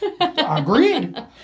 Agreed